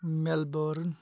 Melbourne